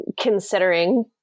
considering